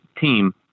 team